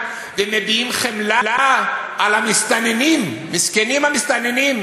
ומביעים חמלה על המסתננים: מסכנים המסתננים,